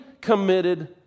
committed